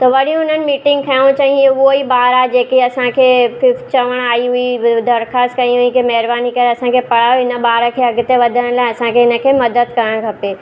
त वरी हुननि मीटिंग खयऊं चईं हीअ उहेई ॿारु आहे जंहिंखे असांखे फिफ्थ चवण आई हुई दरख़ास्त कई हुयईं की महिरबानी करे असांखे पढ़ायो हिन ॿारु खे अॻिते वधण लाइ असांखे हिनखे मदद करणु खपे